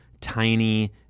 tiny